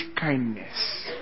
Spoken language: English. kindness